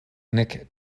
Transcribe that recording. nek